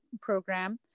program